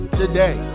today